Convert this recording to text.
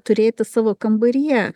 turėti savo kambaryje